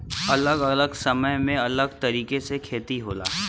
अलग अलग समय में अलग तरीके से खेती होला